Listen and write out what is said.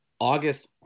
August